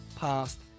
past